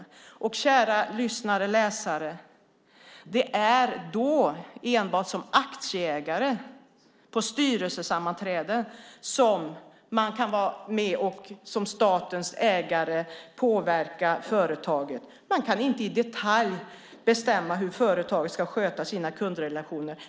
Kära lyssnare och läsare! Det är enbart som aktieägare på styrelsesammanträden som man som statlig ägare kan vara med och påverka företaget. Man kan inte i detalj bestämma hur företaget ska sköta sina kundrelationer.